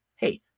hey